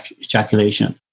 ejaculation